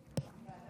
שלוש דקות, אדוני.